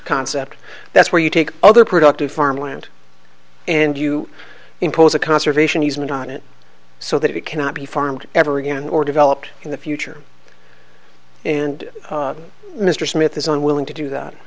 concept that's where you take other productive farmland and you impose a conservation easement on it so that it cannot be farmed ever again or developed in the future and mr smith is unwilling to do that